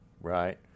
right